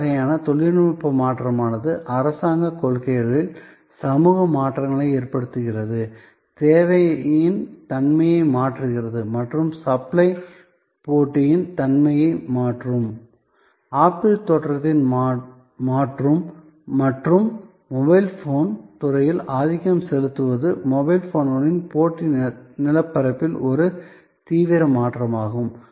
இந்த வகையான தொழில்நுட்ப மாற்றமானது அரசாங்கக் கொள்கைகளில் சமூக மாற்றங்களை ஏற்படுத்துகிறது தேவையின் தன்மையை மாற்றுகிறது மற்றும் சப்ளை போட்டியின் தன்மையை மாற்றும் ஆப்பிளின் தோற்றத்தை மாற்றும் மற்றும் மொபைல் போன் துறையில் ஆதிக்கம் செலுத்துவது மொபைல் போன்களின் போட்டி நிலப்பரப்பில் ஒரு தீவிர மாற்றமாகும்